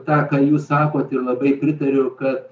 tą ką jūs sakot ir labai pritariu kad